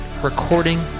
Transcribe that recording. recording